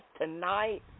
tonight